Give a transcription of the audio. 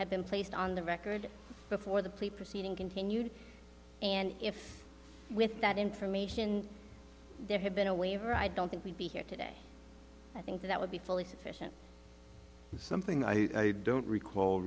had been placed on the record before the plea proceeding continued and if with that information there had been a waiver i don't think we'd be here today i think that would be fully sufficient something i don't recall